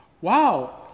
Wow